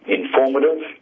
informative